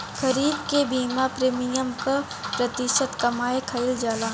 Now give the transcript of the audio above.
खरीफ के बीमा प्रमिएम क प्रतिशत जमा कयील जाला?